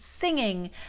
singing